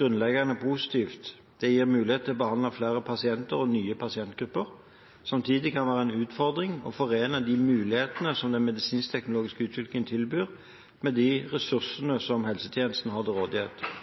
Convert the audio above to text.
grunnleggende positivt. Det gir muligheter for å behandle flere pasienter og nye pasientgrupper. Samtidig kan det være en utfordring å forene de mulighetene som den medisinsk-teknologiske utviklingen tilbyr, med de ressursene som helsetjenesten har til rådighet.